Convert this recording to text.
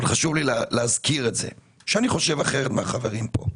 אבל חשוב לי להזכיר את זה שאני חושב אחרת מהחברים פה,